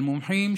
של מומחים,